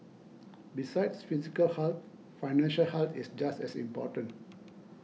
besides physical health financial health is just as important